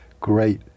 Great